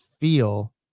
feel